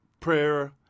prayer